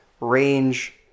range